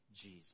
Jesus